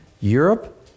Europe